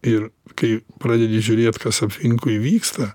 ir kai pradedi žiūrėt kas aplinkui vyksta